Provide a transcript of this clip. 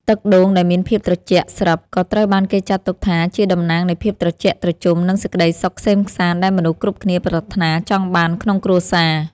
ទឹកដូងដែលមានភាពត្រជាក់ស្រិប ក៏ត្រូវបានគេចាត់ទុកថាជាតំណាងនៃភាពត្រជាក់ត្រជុំ និងសេចក្តីសុខក្សេមក្សាន្តដែលមនុស្សគ្រប់គ្នាប្រាថ្នាចង់បានក្នុងគ្រួសារ។